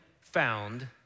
found